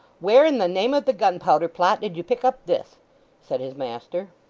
where in the name of the gunpowder plot did you pick up this said his master.